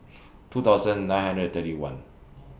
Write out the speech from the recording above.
two thousand nine hundred thirty one